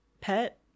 pet